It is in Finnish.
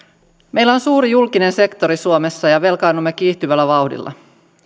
meillä on suuri julkinen sektori suomessa ja velkaannumme kiihtyvällä vauhdilla